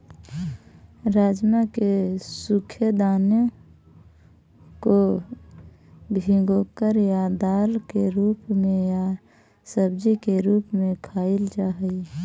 राजमा के सूखे दानों को भिगोकर या दाल के रूप में या सब्जी के रूप में खाईल जा हई